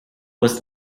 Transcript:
was